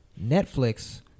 Netflix